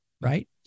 right